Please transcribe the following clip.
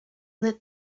lit